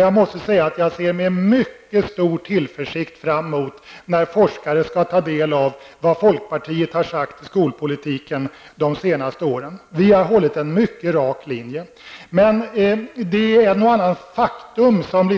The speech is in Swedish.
Jag måste säga att jag med mycket stor tillförsikt ser fram emot den dag när forskare skall ta del av vad folkpartiet har sagt i skolpolitiken de senaste åren. Vi har nämligen hållit en mycket rak linje. Däremot är det ett och annat faktum som